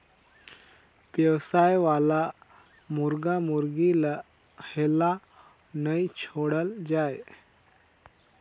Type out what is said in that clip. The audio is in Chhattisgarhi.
बेवसाय वाला मुरगा मुरगी ल हेल्ला नइ छोड़ल जाए